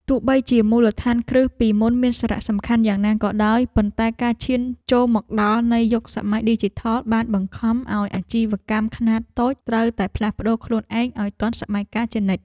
ទោះបីជាមូលដ្ឋានគ្រឹះពីមុនមានសារៈសំខាន់យ៉ាងណាក៏ដោយ ប៉ុន្តែការឈានចូលមកដល់នៃយុគសម័យឌីជីថលបានបង្ខំឱ្យអាជីវកម្មខ្នាតតូចត្រូវតែផ្លាស់ប្តូរខ្លួនឯងឱ្យទាន់សម័យកាលជានិច្ច។